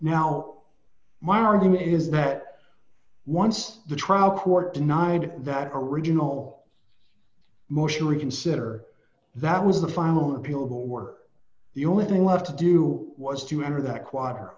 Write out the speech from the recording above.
now my argument is that once the trial court denied that original motion reconsider that was the final appeal but were the only thing left to do was to enter that quater